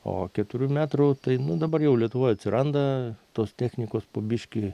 o keturių metrų tai nu dabar jau lietuvoj atsiranda tos technikos po biškį